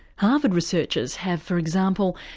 harvard researchers have, for example,